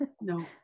no